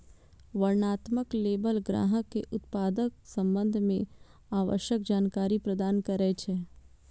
वर्णनात्मक लेबल ग्राहक कें उत्पादक संबंध मे आवश्यक जानकारी प्रदान करै छै